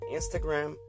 Instagram